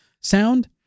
sound